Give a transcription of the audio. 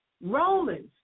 Romans